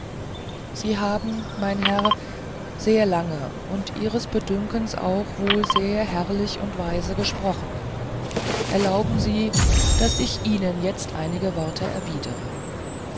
sie haben mein herr sehr lange und ihres bedünkens auch wohl sehr herrlich und weise gesprochen erlauben sie daß ich ihnen jetzt einige worte erwidere